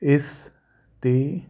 ਇਸ ਦੀ